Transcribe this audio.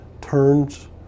turns